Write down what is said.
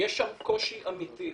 יש שם קושי אמיתי.